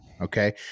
okay